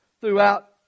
throughout